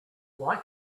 why